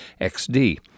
XD